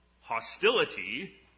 hostility